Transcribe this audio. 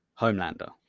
homelander